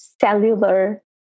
cellular